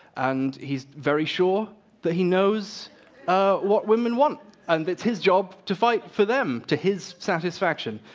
and he's very sure that he knows what women want and it's his job to fight for them to his satisfaction.